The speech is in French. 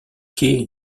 quai